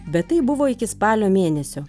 bet tai buvo iki spalio mėnesio